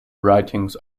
writings